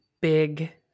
big